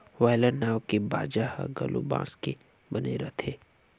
violin नांव के बाजा ह घलो बांस के बने रथे